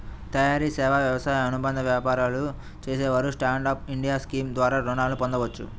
తయారీ, సేవా, వ్యవసాయ అనుబంధ వ్యాపారాలు చేసేవారు స్టాండ్ అప్ ఇండియా స్కీమ్ ద్వారా రుణాలను పొందవచ్చు